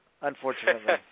unfortunately